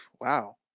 wow